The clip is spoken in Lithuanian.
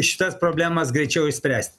šitas problemas greičiau išspręsti